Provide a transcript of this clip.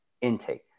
intake